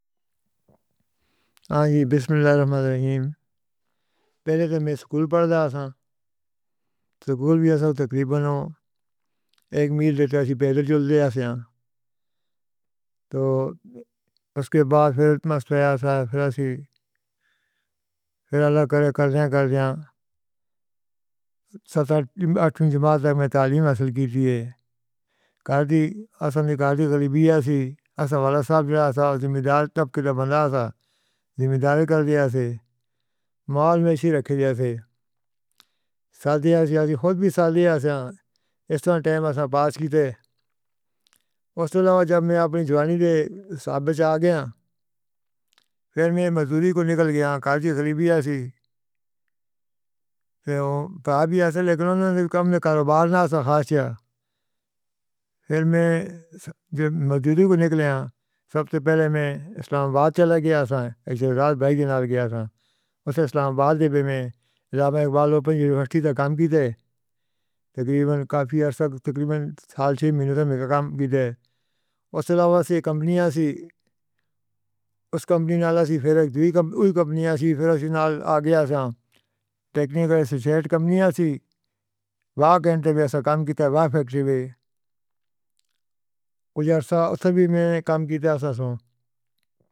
ہاں جی، بسم اللہ الرحمن الرحیم۔ پہلے تو میں سکول پڑھدا ہاں۔ سکول وی ایسا جو تقریباً اک میل جیہاں پیدل چلدے آں۔ تے اسدے بعد پھر مست رہا سی۔ پھر اصلی پھر اللہ کرے، کردے کر دتا۔ ستر، اٹھارویں جماعت تک میں تعلیم حاصل کیتی سی۔ گھر دی اصلی گلی دی غربت ایسی سی جیہاں ذمہ دار ٹپکے بندہ سی۔ ذمہ داری کر لئی سی۔ مہینے وچ رکھ لئی سی۔ شادیاں خود وی کر لئی سی۔ ایسے طرح ٹائم پاس کیتا۔ اسدے علاوہ جدوں میں اپنی جوانی دے سال بچا گیا، پھر میں مزدوری کوں نکل گیا۔ گھر دی غربت ایسی سی تے وی ایسا لیکن کم کم۔ کاروبار نہ کھا لیا۔ پھر میں مزدوری کوں نکلا۔ سب توں پہلے میں اسلام آباد چلا گیا۔ ایسے راج بھائی دے نال گیا سی۔ اسے اسلام آباد وچ میں اللہ دے اقبال اوپن یونیورسٹی وچ کم کیتا سی۔ تقریباً کافی عرصہ تقریباً ست چھ مہینے کم کیتا۔ اسدے علاوہ کئی کمپنیاں سی۔ اس کمپنی نال والی کمپنیاں سی۔ پھر اسی نال اگے آندا اے۔ ٹیکنیکل ایسوسی ایٹ کمپنی ہی سی۔ اوہ مرکز تے کم کیتا اے، اوہ فیکٹری وچ۔ کجھ عرصہ اتھے وی میں نے کم کیتا نال۔